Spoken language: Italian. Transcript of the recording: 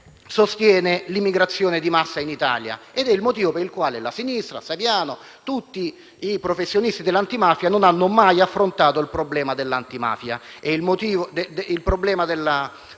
in chi sostiene l'immigrazione di massa in Italia. È questo il motivo per cui la sinistra, Saviano, tutti i professionisti dell'antimafia non hanno mai affrontato il problema della mafia